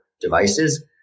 devices